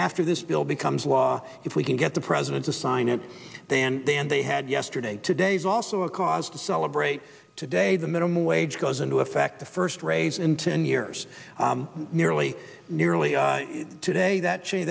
after this bill becomes law if we can get the president to sign it than than they had yesterday and today is also a cause to celebrate today the minimum wage goes into effect the first raise in ten years nearly nearly today that she